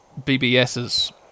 BBSs